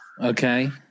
Okay